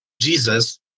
Jesus